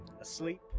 asleep